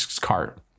cart